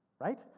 right